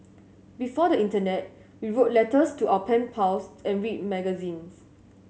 before the internet we wrote letters to our pen pals and read magazines